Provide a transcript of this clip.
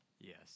Yes